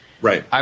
Right